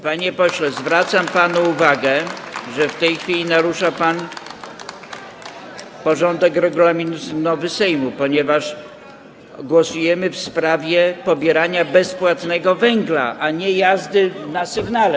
Panie pośle, zwracam panu uwagę, że w tej chwili narusza pan porządek regulaminowy Sejmu, ponieważ głosujemy w sprawie pobierania bezpłatnego węgla, a nie jazdy na sygnale.